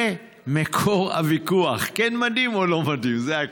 זה מקור הוויכוח, כן מדים או לא מדים, זה הכול.